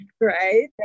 right